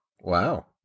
wow